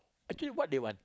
actually what they want